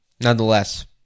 nonetheless